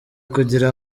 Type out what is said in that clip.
kugira